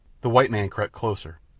the white man crept closer.